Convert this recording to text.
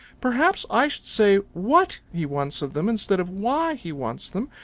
perhaps i should say what he wants of them instead of why he wants them,